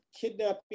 kidnapping